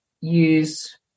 use